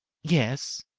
yes,